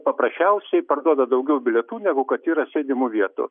paprasčiausiai parduoda daugiau bilietų negu kad yra sėdimų vietų